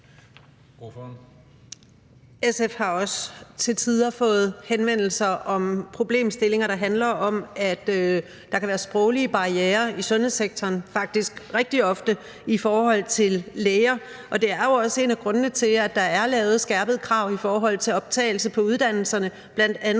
SF's har også til tider fået henvendelser om problemstillinger, der handler om, at der kan være sproglige barrierer i sundhedssektoren, faktisk rigtig ofte i forhold til læger. Det er jo også en af grundene til, at der er stillet skærpede krav i forhold til optagelse på uddannelser, bl.a.